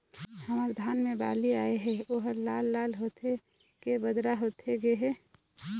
हमर धान मे बाली आए हे ओहर लाल लाल होथे के बदरा होथे गे हे?